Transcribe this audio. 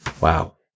Wow